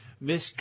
Miss